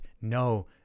no